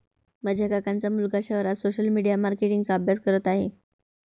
माझ्या काकांचा मुलगा शहरात सोशल मीडिया मार्केटिंग चा अभ्यास करत आहे